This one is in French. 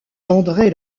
d’andré